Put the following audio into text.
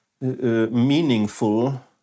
meaningful